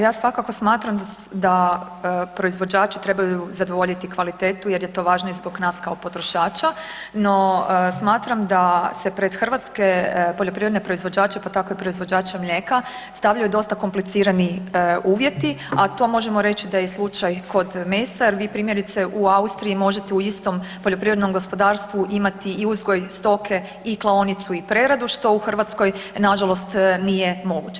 Ja svakako smatram da proizvođači trebaju zadovoljiti kvalitetu jer je to važno i zbog nas kao potrošača, no smatram da se pre hrvatske poljoprivredne proizvođače pa tako i proizvođače mlijeka stavljaju dosta komplicirani uvjeti a to možemo reći da je i slučaj kod mesa jer vi primjerice u Austriji možete u istom poljoprivrednog gospodarstvu imati i uzgoj stoke i klaonicu i preradu što u Hrvatskoj nažalost nije moguće.